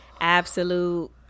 absolute